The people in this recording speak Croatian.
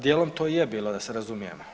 Dijelom to i je bilo da se razumijemo.